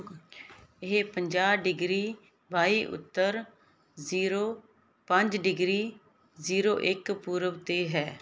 ਇਹ ਪੰਜਾਹ ਡਿਗਰੀ ਬਾਈ ਉੱਤਰ ਜ਼ੀਰੋ ਪੰਜ ਡਿਗਰੀ ਜ਼ੀਰੋ ਇੱਕ ਪੂਰਬ 'ਤੇ ਹੈ